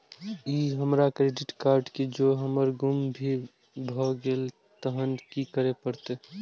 ई हमर credit card जौं हमर गुम भ गेल तहन की करे परतै?